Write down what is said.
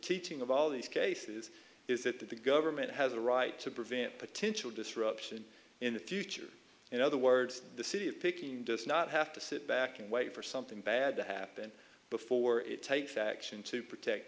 teaching of all these cases is that the government has a right to prevent potential disruption in the future in other words the city of picking does not have to sit back and wait for something bad to happen before it takes action to protect